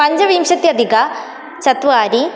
पञ्चविंशत्यधिकचत्वारि